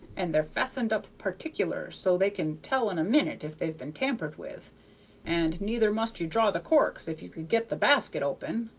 and they're fastened up particular, so they can tell in a minute if they've been tampered with and neither must you draw the corks if you could get the basket open.